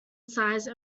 size